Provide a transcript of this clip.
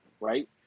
right